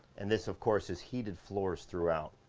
and this of course is heated floors throughout.